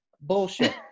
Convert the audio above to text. bullshit